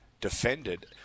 defended